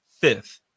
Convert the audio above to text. fifth